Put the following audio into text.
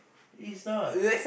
is not